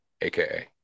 aka